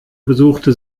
besuchte